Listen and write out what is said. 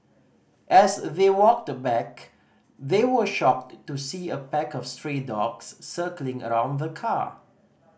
as they walked back they were shocked to see a pack of stray dogs circling around the car